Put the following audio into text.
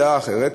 דעה אחרת,